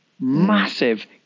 Massive